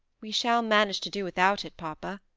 we shall manage to do without it, papa,